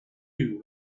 you